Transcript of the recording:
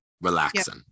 relaxing